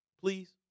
please